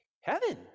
heaven